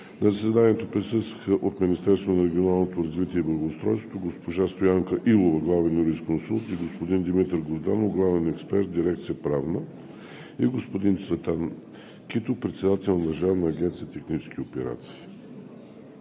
заседанието присъстваха от Министерството на регионалното развитие и благоустройството госпожа Стоянка Илова – главен юрисконсулт, и господин Димитър Грозданов – главен експерт в дирекция „Правна“ и господин Цветан Китов – председател на държавна агенция „Технически операции“.